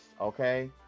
okay